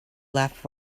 left